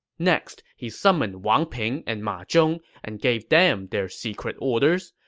next, he summoned wang ping and ma zhong and gave them their secret orders.